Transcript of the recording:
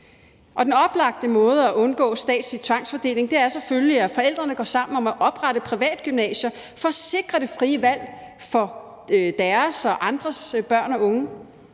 Den oplagte måde at undgå statslig tvangsfordeling på er selvfølgelig, at forældrene går sammen om at oprette privatgymnasier for at sikre det frie valg for deres og andres børn og unge,